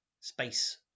space